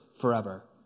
forever